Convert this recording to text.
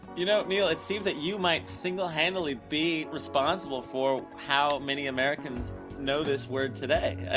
you know, neal, it seems that you might single-handedly be responsible for how many americans know this word today.